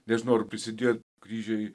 nežinau ar prisidėjot kryžiai